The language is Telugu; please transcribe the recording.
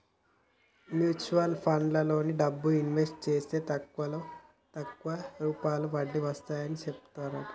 మ్యూచువల్ ఫండ్లలో డబ్బుని ఇన్వెస్ట్ జేస్తే తక్కువలో తక్కువ రూపాయి వడ్డీ వస్తాడని చెబుతాండ్రు